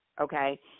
Okay